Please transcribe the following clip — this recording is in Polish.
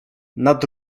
nad